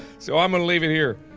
so i'm gonna leave it here.